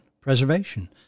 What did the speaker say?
preservation